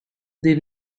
they